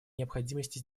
необходимости